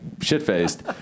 shit-faced